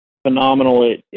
Phenomenal